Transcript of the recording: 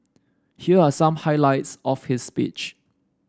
here are some highlights of his speech